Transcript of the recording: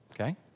okay